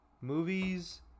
movies